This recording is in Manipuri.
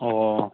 ꯑꯣ ꯑꯣ